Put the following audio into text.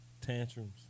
tantrums